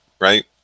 right